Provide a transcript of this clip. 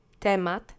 TEMAT